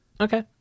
Okay